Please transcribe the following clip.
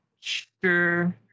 Sure